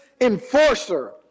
enforcer